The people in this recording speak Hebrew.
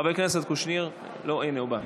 חבר הכנסת קושניר, הינה הוא בא.